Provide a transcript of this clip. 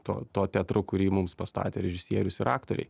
tuo tuo teatru kurį mums pastatė režisierius ir aktoriai